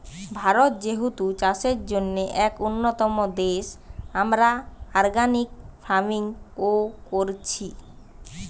ভারত যেহেতু চাষের জন্যে এক উন্নতম দেশ, আমরা অর্গানিক ফার্মিং ও কোরছি